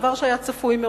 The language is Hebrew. דבר שהיה צפוי,